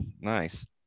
nice